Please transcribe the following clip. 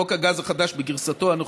חוק הגז החדש בגרסתו הנוכחית,